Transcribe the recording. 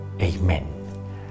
Amen